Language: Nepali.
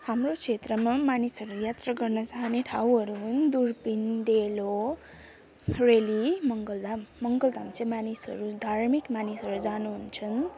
हाम्रो क्षेत्रमा मानिसहरू यात्रा गर्न जाने ठाउँहरू हुन् दुर्पिन डेलो रेली मङ्गल धाम मङ्गल धाम चाहिँ मानिसहरू धार्मिक मानिसहरू जानु हुन्छन्